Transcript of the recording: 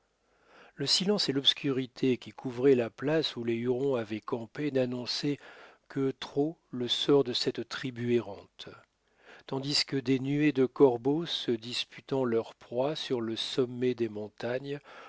le silence et l'obscurité qui couvraient la place où les hurons avaient campé n'annonçaient que trop le sort de cette tribu errante tandis que des nuées de corbeaux se disputant leur proie sur le sommet des montagnes